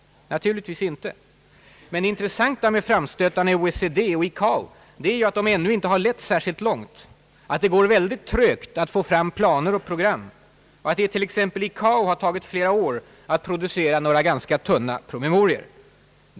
Naturligtvis inte. Men det intressanta med framstötarna i OECD och i ICAO är att de ännu inte har lett särskilt långt, att det går väldigt trögt att få fram planer och program, att det t.ex. i ICAO har tagit flera år att producera några ganska tunna promemorior.